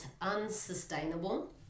unsustainable